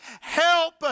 help